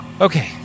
Okay